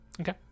Okay